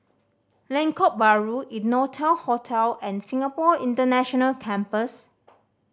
Lengkok Bahru Innotel Hotel and Singapore International Campus